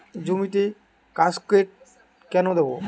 জমিতে কাসকেড কেন দেবো?